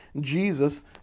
Jesus